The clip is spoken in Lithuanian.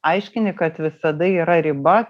aiškini kad visada yra riba